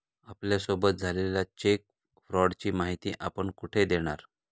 आपल्यासोबत झालेल्या चेक फ्रॉडची माहिती आपण कुठे देणार?